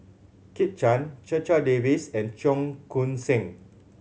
Kit Chan Checha Davies and Cheong Koon Seng